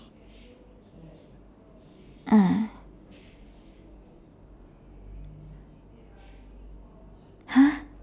ah !huh!